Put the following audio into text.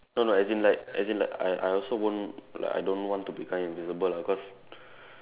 no no as in like as in like I I also won't like I don't want to become invisible lah cause